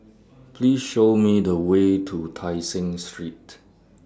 Please Show Me The Way to Tai Seng Street